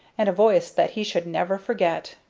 and a voice that he should never forget.